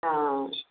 ਹਾਂ